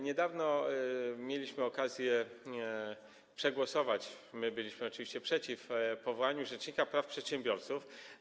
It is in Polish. Niedawno mieliśmy okazję przegłosować - my byliśmy oczywiście przeciw - powołanie rzecznika praw przedsiębiorców.